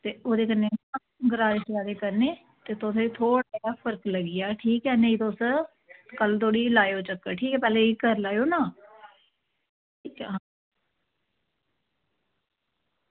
ते ओह्दे कन्नै ना गरारे करने ते तुसेंगी थोह्ड़ा जेहा फर्क लग्गी जाह्ग ठीक ऐ नेईं तां तुस करी लैयो तां तुस एह् करी लैयो ना आं